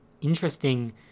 interesting